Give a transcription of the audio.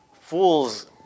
Fools